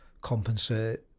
compensate